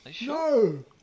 No